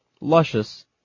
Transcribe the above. luscious